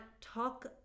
talk